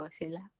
sila